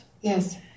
Yes